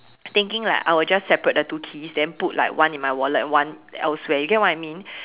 thinking like I will just separate the two keys then put like one in my wallet one elsewhere you get what I mean